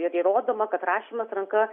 ir įrodoma kad rašymas ranka